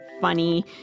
funny